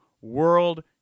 world